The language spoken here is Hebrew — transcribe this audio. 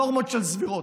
נורמות שהן סבירות.